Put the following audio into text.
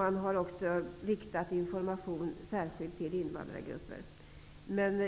Man har också riktat information särskilt till invandrargrupper.